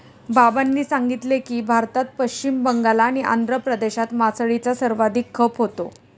बाबांनी सांगितले की, भारतात पश्चिम बंगाल आणि आंध्र प्रदेशात मासळीचा सर्वाधिक खप होतो